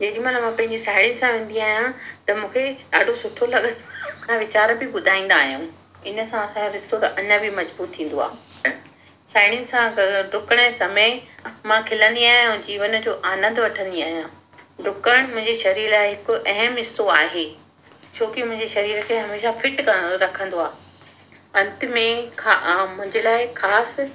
जेॾीमहिल मां पंहिंजी साहेड़ियुनि सां वेंदी आहियां त मूंखे ॾाढो सुठो लॻंदो वीचार बि ॿुधाईंदा आहियूं इन सां ख़ैरु रिश्तो त अञा बि मजबूत थींदो आहे साहेड़ियुनि सां ग ॾुकण जे समय मां खिलंदी आहियां ऐं जीवन जो आनंदु वठंदी आहियां ॾुकणु मुंहिंजे शरीर लाइ हिकु अहम हिसो आहे छो कि मुंहिंजी शरीर खे हमेशह फिट कर रखंदो आहे अंत में खा मुंहिंजे लाइ ख़ासि